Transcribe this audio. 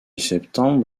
septembre